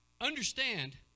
understand